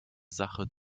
sache